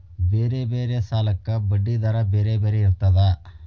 ಬೇರೆ ಬೇರೆ ಸಾಲಕ್ಕ ಬಡ್ಡಿ ದರಾ ಬೇರೆ ಬೇರೆ ಇರ್ತದಾ?